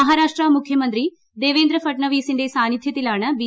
മഹാരാഷ്ട്ര മുഖ്യമന്ത്രി ദേവേന്ദ്രി ഫ്ട്നാവിസിന്റെ സാന്നിധൃത്തിലാണ് ബി